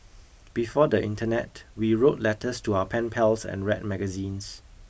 before the internet we wrote letters to our pen pals and read magazines